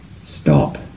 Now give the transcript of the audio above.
Stop